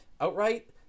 outright